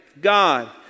God